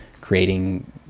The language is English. creating